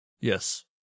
Yes